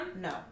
No